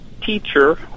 teacher